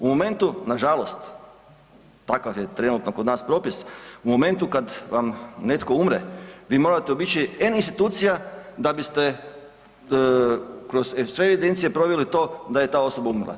U momentu nažalost takav je trenutno kod nas propis, u momentu kada vam netko umre vi morate obići N institucija da biste kroz sve jedinice proveli to da je ta osoba umrla.